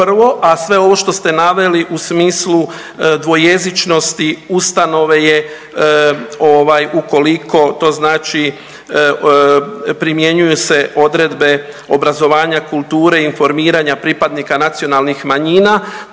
prvo, a sve ovo što ste naveli u smislu dvojezičnosti ustanove je ovaj ukoliko to znači primjenjuju se odredbe obrazovanja, kulture, informiranja pripadnika nacionalnih manjina.